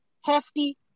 hefty